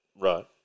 Right